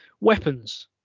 Weapons